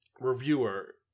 Reviewer